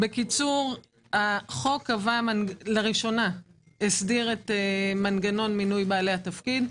החוק לראשונה הסדיר את מנגנון מינוי בעלי התפקיד.